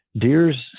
deer's